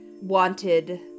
wanted